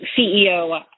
CEO